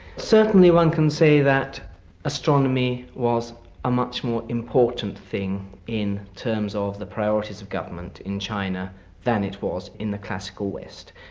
certainly one can say that astronomy was a much more important thing in terms of the priorities of government in china than it was in the classical west,